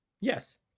Yes